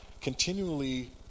continually